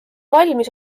valmis